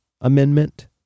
Amendment